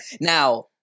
Now